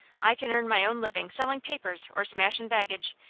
i can earn my own livin' sellin' papers, or smashin' baggage,